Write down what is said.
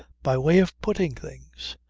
my way of putting things!